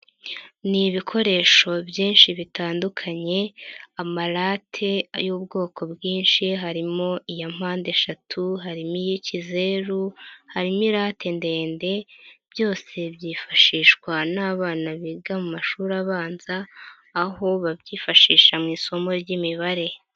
Ni ibikoresho byinshi bitandukanye, amarate y'ubwoko bwinshi harimo iya mpandeshatu, harimo iy'ikizeru, harimo irate ndende, byose byifashishwa n'abana biga mu mashuri abanza, aho babyifashisha mu isomo ry'imibare.